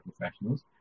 professionals